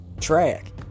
track